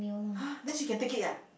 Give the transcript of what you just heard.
!huh! then she can take it ah